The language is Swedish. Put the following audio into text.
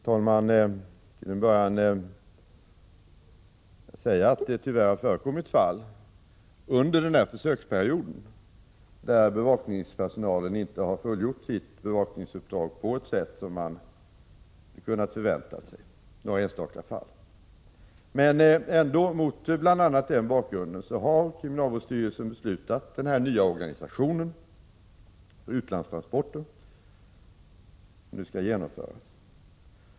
Herr talman! Till att börja med vill jag säga att det tyvärr har förekommit fall under den här försöksperioden där bevakningspersonalen inte fullgjort sitt bevakningsuppdrag på det sätt som man hade förväntat sig. Det gäller några enstaka fall. Mot bl.a. den bakgrunden har kriminalvårdsstyrelsen ändå beslutat om den här nya organisationen för utlandstransporter och hur dessa skall genomföras.